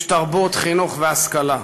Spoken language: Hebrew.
איש תרבות, חינוך והשכלה.